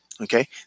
okay